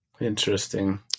Interesting